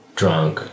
drunk